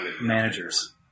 managers